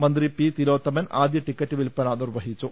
മന്ത്രി P Thilothaman ആദ്യ ticket വിൽപ്പന നിർവഹിച്ചു